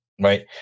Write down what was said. right